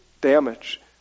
damage